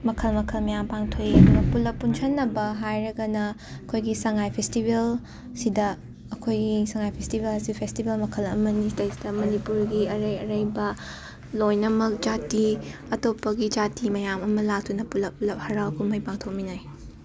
ꯃꯈꯜ ꯃꯈꯜ ꯃꯌꯥꯝ ꯄꯥꯡꯊꯣꯛꯏ ꯄꯨꯜꯂꯞ ꯄꯨꯟꯁꯤꯟꯅꯕ ꯍꯥꯏꯔꯒꯅ ꯑꯩꯈꯣꯏꯒꯤ ꯁꯉꯥꯏ ꯐꯦꯁꯇꯤꯕꯦꯜ ꯁꯤꯗ ꯑꯩꯈꯣꯏꯒꯤ ꯁꯉꯥꯏ ꯐꯦꯁꯇꯤꯕꯦꯜ ꯑꯁꯤ ꯐꯦꯁꯇꯤꯕꯦꯜ ꯃꯈꯜ ꯑꯃꯅꯤ ꯁꯤꯗꯩꯁꯤꯗ ꯃꯅꯤꯄꯨꯔꯒꯤ ꯑꯔꯩ ꯑꯔꯩꯕ ꯂꯣꯏꯅꯃꯛ ꯖꯥꯇꯤ ꯑꯇꯣꯞꯄꯒꯤ ꯖꯥꯇꯤ ꯃꯌꯥꯝ ꯑꯃ ꯂꯥꯛꯇꯨꯅ ꯄꯨꯜꯂꯞ ꯄꯨꯜꯂꯞ ꯍꯔꯥꯎ ꯀꯨꯝꯍꯩ ꯄꯥꯡꯊꯣꯛꯃꯤꯟꯅꯩ